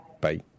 Bye